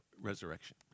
resurrection